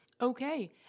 Okay